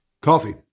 Coffee